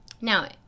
Now